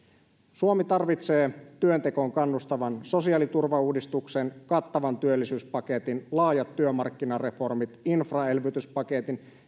suomi tarvitsee työntekoon kannustavan sosiaaliturvauudistuksen kattavan työllisyyspaketin laajat työmarkkinareformit infraelvytyspaketin